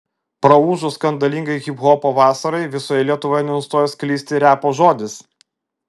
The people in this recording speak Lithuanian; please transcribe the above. praūžus skandalingai hiphopo vasarai visoje lietuvoje nenustojo sklisti repo žodis